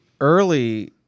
early